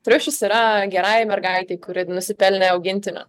triušis yra gerai mergaitei kuri nusipelnė augintinio